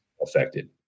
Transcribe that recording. affected